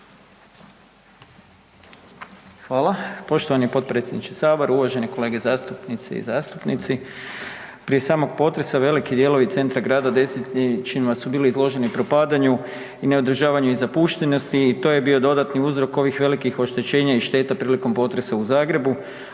Hvala poštovani potpredsjedniče Sabora, uvaženi kolege zastupnice i zastupnici. Prije samog potresa, veliki dijelovi centra grada desetljećima su bili izloženi propadanju i neodržavanju i zapuštenosti i to je bio dodatni uzrok ovih velikih oštećenja i šteta prilikom potresa u Zagrebu